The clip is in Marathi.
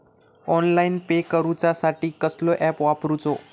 ऑनलाइन पे करूचा साठी कसलो ऍप वापरूचो?